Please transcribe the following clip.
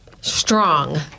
strong